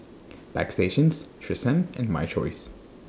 Bagstationz Tresemme and My Choice